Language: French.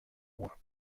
moi